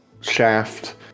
shaft